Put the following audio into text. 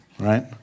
right